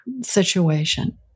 situation